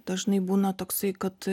dažnai būna toksai kad